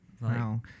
Wow